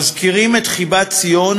מזכירים את "חיבת ציון"